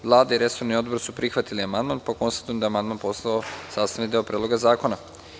Vlada i resorni odbor su prihvatili amandman, pa konstatujem da je amandman postao sastavni deo Predloga zakona.